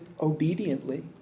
obediently